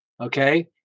okay